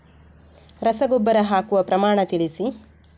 ರಸಗೊಬ್ಬರ ಹಾಕುವ ಪ್ರಮಾಣ ತಿಳಿಸಿ